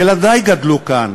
ילדי גדלו כאן.